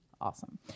awesome